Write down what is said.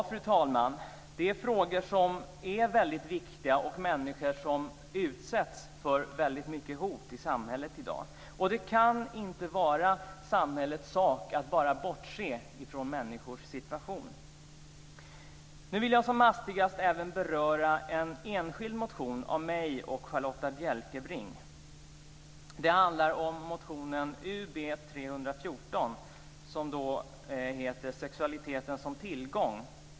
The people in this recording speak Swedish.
Fru talman! Det här är frågor som är väldigt viktiga, och det handlar om människor som utsätts för väldigt mycket hot i samhället i dag. Det kan inte vara samhällets sak att bortse från människors situation. Jag vill som hastigast även beröra en enskild motion av mig och Charlotta Bjälkebring. Det handlar om motionen Ub314 som heter Sexualiteten som tillgång.